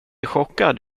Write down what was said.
chockad